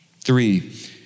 Three